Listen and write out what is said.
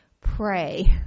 pray